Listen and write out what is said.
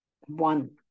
one